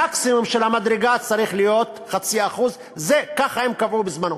המקסימום של המדרגה צריך להיות 0.5%. ככה הם קבעו בזמנו.